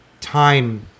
time